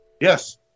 Yes